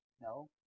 No